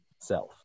Self